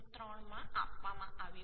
3 માં આપવામાં આવ્યું છે